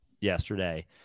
yesterday